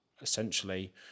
Essentially